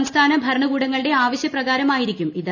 സംസ്ഥാനഭരണകൂടങ്ങളുടെ ആവശ്യപ്രകാരമായിരിക്കും ഇത്